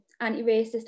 anti-racist